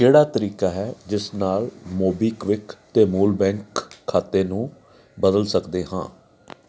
ਕਿਹੜਾ ਤਰੀਕਾ ਹੈ ਜਿਸ ਨਾਲ ਮੋਬੀਕਵਿਕ 'ਤੇ ਮੂਲ ਬੈਂਕ ਖਾਤੇ ਨੂੰ ਬਦਲ ਸਕਦੇ ਹਾਂ